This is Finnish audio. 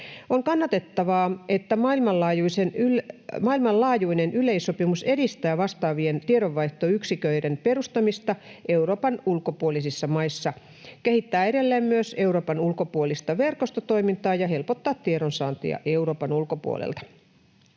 On kannatettavaa, että maailmanlaajuinen yleissopimus edistää vastaavien tiedonvaihtoyksiköiden perustamista Euroopan ulkopuolisissa maissa, kehittää edelleen myös Euroopan ulkopuolista verkostotoimintaa ja helpottaa tiedonsaantia Euroopan ulkopuolelta.